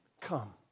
come